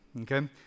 okay